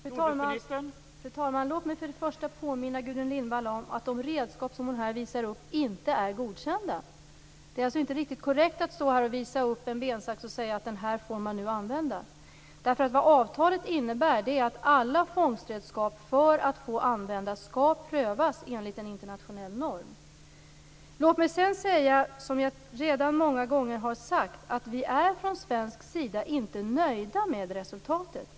Fru talman! Låt mig först påminna Gudrun Lindvall om att de redskap hon här visar upp inte är godkända. Det är alltså inte riktigt korrekt att visa upp en bensax och säga: Den här får man nu använda. Avtalet innebär att alla fångstredskap för att få användas skall prövas enligt en internationell norm. Låt mig sedan säga, som jag redan många gånger har sagt, att vi från svensk sida inte är nöjda med resultatet.